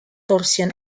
torsion